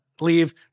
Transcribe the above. Leave